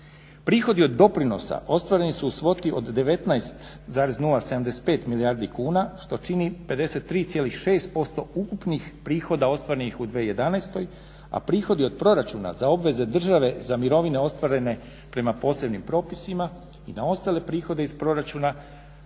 Prihodi od doprinosa ostvareni su u svoti od 19,075 milijardi kuna što čini 53,6% ukupnih prihoda ostvarenih u 2011., a prihodi od proračuna za obveze države za mirovine ostvarene prema posebnim propisima i na ostale prihode iz proračuna